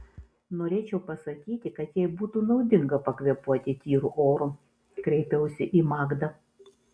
norėčiau pasakyti kad jai būtų naudinga pakvėpuoti tyru oru kreipiausi į magdą